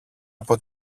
από